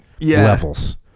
levels